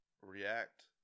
react